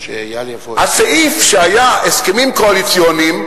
הסעיף שהיה הסכמים קואליציוניים,